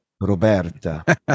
Roberta